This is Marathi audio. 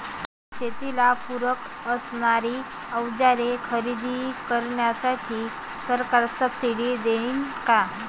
शेतीला पूरक असणारी अवजारे खरेदी करण्यासाठी सरकार सब्सिडी देईन का?